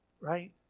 right